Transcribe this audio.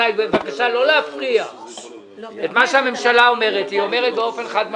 את מה שהממשלה אומרת, היא אומרת באופן חד משמעי.